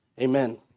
Amen